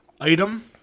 item